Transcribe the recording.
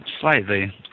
slightly